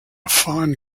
fine